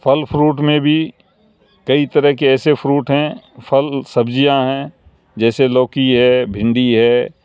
پھل فروٹ میں بھی کئی طرح کے ایسے فروٹ ہیں پھل سبزیاں ہیں جیسے لوکی ہے بھنڈی ہے